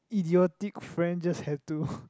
idiotic friends just had to